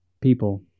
People